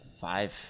five